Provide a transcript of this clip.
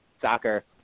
soccer